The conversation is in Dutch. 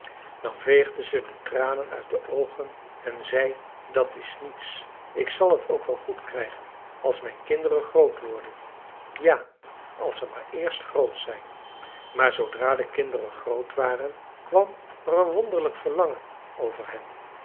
dan veegde zij de tranen uit de oogen en zei dat is niets ik zal t ook wel goed krijgen als mijn kinderen groot worden ja als ze maar eerst groot zijn maar zoodra de kinderen groot waren kwam er een wonderlijk verlangen over hen